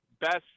best